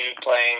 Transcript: playing